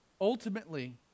Ultimately